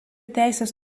teisės